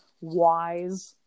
wise